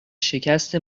شکست